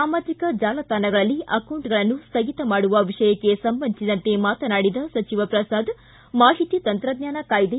ಸಾಮಾಜಿಕ ಜಾಲತಾಣಗಳಲ್ಲಿ ಅಕೌಂಟ್ಗಳನ್ನು ಸ್ಥಗಿತ ಮಾಡುವ ವಿಷಯಕ್ಕೆ ಸಂಬಂಧಿಸಿದಂತೆ ಮಾತನಾಡಿದ ಸಚಿವ ಪ್ರಸಾದ್ ಮಾಹಿತಿ ತಂತ್ರಜ್ಞಾನ ಕಾಯ್ದೆ